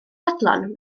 fodlon